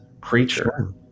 creature